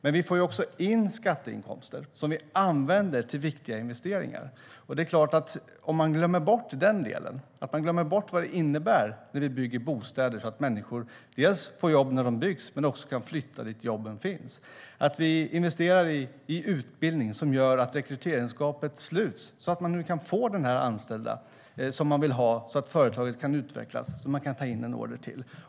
Men vi får också in skatteinkomster som vi använder till viktiga investeringar. Man glömmer bort den delen och vad det innebär när vi bygger bostäder så att människor får jobb när de byggs och också kan flytta dit där jobben finns. Vi investerar i utbildning som gör att rekryteringsgapet sluts så att man kan få de anställda man vill ha så att företaget kan utvecklas och man kan ta in en order till.